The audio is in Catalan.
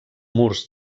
murs